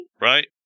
right